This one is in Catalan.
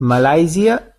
malàisia